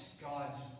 God's